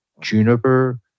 Juniper